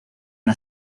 una